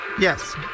Yes